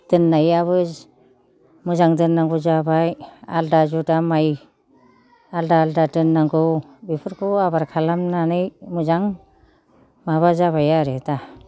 दोननायाबो मोजां जानांगौ जाबाय आलदा जुदा माय आलदा आलदा दोननांगौ बेफोरखौ आबाद खालामनानै मोजां माबा जाबाय आरो दा